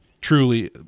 truly